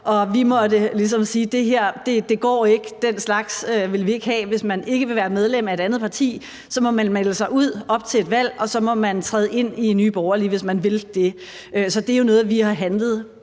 og vi måtte ligesom sige: Det her går ikke. Den slags vil vi ikke have. Hvis man ikke vil være medlem af et andet parti, må man melde sig ud op til et valg, og så må man træde ind i Nye Borgerlige, hvis man vil det. Så det er jo noget, vi har handlet